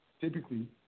typically